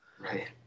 Right